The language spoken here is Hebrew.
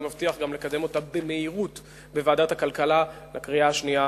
ואני מבטיח גם לקדם אותה במהירות בוועדת הכלכלה לקריאה השנייה